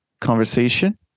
conversation